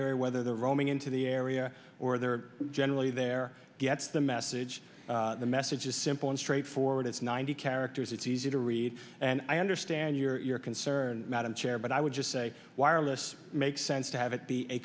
area whether they're roaming into the area or they're generally there gets the message the message is simple and straightforward it's ninety characters it's easy to read and i understand your concern madam chair but i would just say wireless makes sense to have it be a